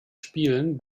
spielen